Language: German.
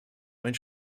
einen